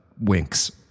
winks